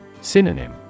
Synonym